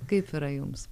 kaip yra jums